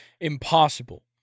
impossible